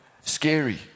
scary